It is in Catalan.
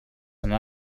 anar